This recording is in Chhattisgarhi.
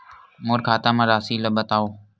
मोर खाता म राशि ल बताओ?